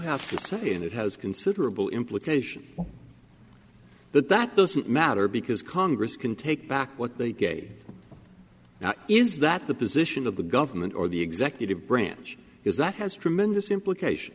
have to say and it has considerable implication but that doesn't matter because congress can take back what they gave now is that the position of the government or the executive branch is that has tremendous implication